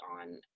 on